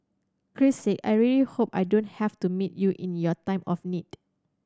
Christ Sake I really hope I don't have to meet you in your time of need